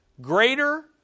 greater